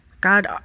God